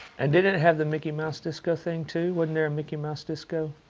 and didn't it have the mickey mouse disco thing too? wasn't there a mickey mouse disco?